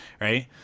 Right